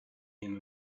him